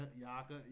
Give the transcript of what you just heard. yaka